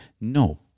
No